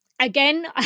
Again